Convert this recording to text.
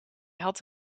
had